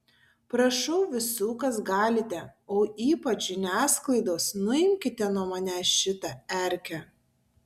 prašau visų kas galite o ypač žiniasklaidos nuimkite nuo manęs šitą erkę